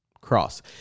Cross